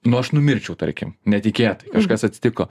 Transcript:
nu aš numirčiau tarkim netikėtai kažkas atsitiko